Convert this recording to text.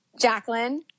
Jacqueline